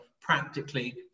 practically